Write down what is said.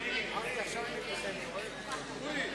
(תיקוני חקיקה), התשס"ז 2007,